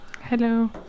Hello